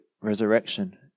resurrection